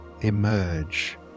emerge